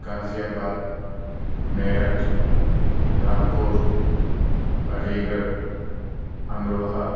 غازی آباد میرٹھ رام پورعلی گڑھ امروہا